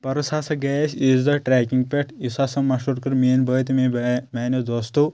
پَرُس ہَسا گٔیٚیاے أسۍ عیٖذ دۄہ ٹرٛیکِنٛگ پؠٹھ یُس ہَسا مَشہور کٔر میٛٲنۍ بھٲے تہِ میٛانیٛو دُوستو